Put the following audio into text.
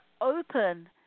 open